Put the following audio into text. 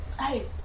Hey